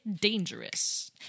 dangerous